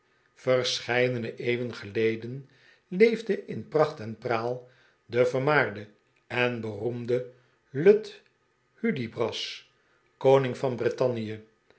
verscheidene eeuwen geleden leefde in pracht en praal de vermaarde en beroemde lud hudibras koning van brittannie